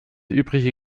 übrige